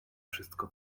wszystko